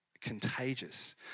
contagious